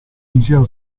liceo